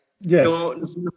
yes